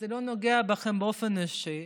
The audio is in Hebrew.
זה לא נוגע בכם באופן אישי,